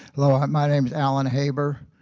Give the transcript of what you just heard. hello, um my name is allan haber